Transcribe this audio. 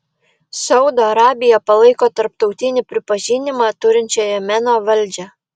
saudo arabija palaiko tarptautinį pripažinimą turinčią jemeno valdžią